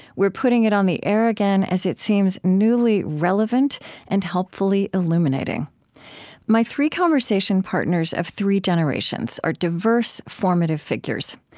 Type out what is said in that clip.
we're putting it on the air again, as it seems newly relevant and helpfully illuminating my three conversation partners of three generations are diverse, formative figures.